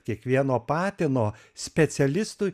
kiekvieno patino specialistui